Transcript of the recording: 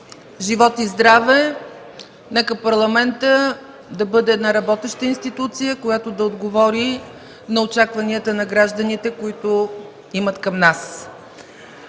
живот и здраве! Нека парламентът да бъде една работеща институция, която да отговори на очакванията, които гражданите имат към нас.